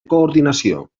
coordinació